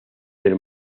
del